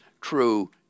true